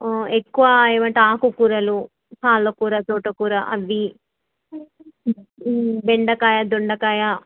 ఎక్కువ ఏమంటారు ఆకు కూరలు పాల కూర తోట కూర అవ్వి బెండకాయ దొండకాయ